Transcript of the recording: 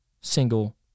single